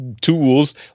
tools